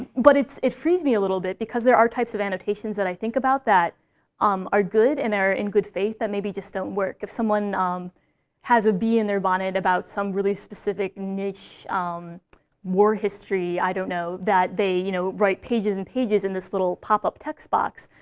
but it frees me a little bit, because there are types of annotations that i think about that um are good, and that are in good faith, that maybe just don't work. if someone has a bee in their bonnet about some really specific, niche war history, i don't know, that they you know write pages and pages in this little pop-up text box,